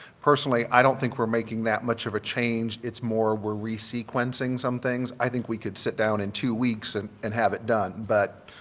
personally, i don't think we're making that much of a change. it's more we're resequencing some things. i think we could sit down in two weeks and and have it done, but